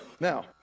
now